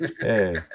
hey